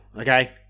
Okay